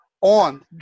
on